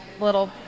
little